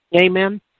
Amen